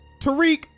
Tariq